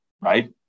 right